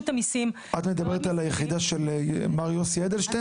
המיסים --- את מדברת על היחידה של יוסי אדלשטיין?